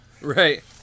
Right